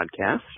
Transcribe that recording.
podcast